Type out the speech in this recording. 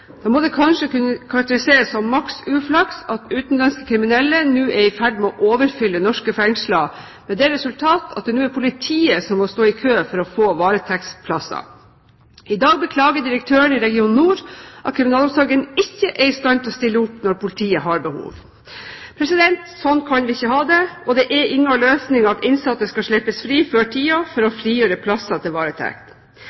Da må det kanskje kunne karakteriseres som maks uflaks at utenlandske kriminelle nå er i ferd med å overfylle norske fengsler, med det resultat at det nå er politiet som må stå i kø for å få varetektsplasser. I dag beklager direktøren i Region nord at kriminalomsorgen ikke er i stand til å stille opp når politiet har behov. Slik kan vi ikke ha det. Det er ingen løsning at innsatte skal slippes fri før tiden for å